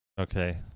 Okay